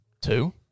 Two